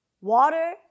Water